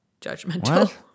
Judgmental